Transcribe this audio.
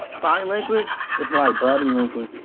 sign language is like body language,